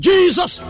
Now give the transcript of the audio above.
Jesus